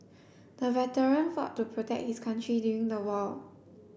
the veteran fought to protect his country during the war